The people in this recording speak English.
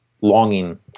longing